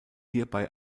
hierbei